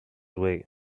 way